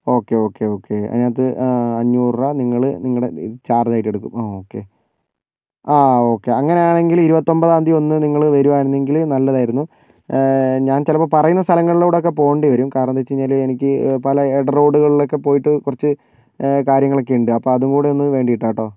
okay okay okay അതിനകത്ത് അഞ്ഞൂറു രൂപ നിങ്ങള് നിങ്ങളുടെ ചാർജായിട്ടെടുക്കും അ ഓക്കേ ആ ഓക്കേ അങ്ങനെ ആണെങ്കിൽ ഇരുപത്തി ഒൻപതാം തിയതി ഒന്ന് നിങ്ങള് വരുവായിരുന്നു എങ്കിൽ നല്ലതായിരുന്നു ഞാൻ ചിലപ്പോൾ പറയുന്ന സ്ഥലങ്ങളിലൂടെ ഒക്കേ പോകേണ്ടി വരും കാരണം എന്ത് വെച്ച് കഴിഞ്ഞാല് എനിക്ക് പല ഇട റോഡുകളിൽ ഒക്കേ പോയിട്ട് കുറച്ച് കാര്യങ്ങൾ ഒക്കേ ഉണ്ട് അപ്പോൾ അതുകൂടെ ഒന്ന് വേണ്ടിയിട്ട് ആണ് കെട്ടോ